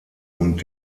und